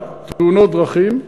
תאונות דרכים,